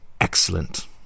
excellent